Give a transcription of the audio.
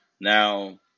Now